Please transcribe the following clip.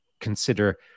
consider